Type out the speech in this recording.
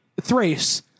Thrace